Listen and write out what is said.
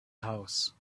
house